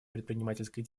предпринимательской